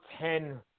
ten